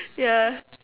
yeah